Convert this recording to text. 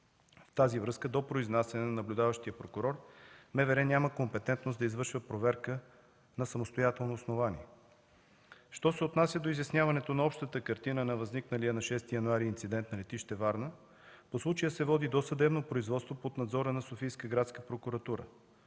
В тази връзка до произнасяне на наблюдаващия прокурор МВР няма компетентност да извършва проверка на самостоятелно основание. Що се отнася до изясняването на общата картина на възникналия на 6 януари 2014 г. инцидент на летище Варна, по случая се води досъдебно производство под надзора на Софийската градска прокуратура.